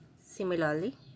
Similarly